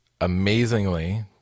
amazingly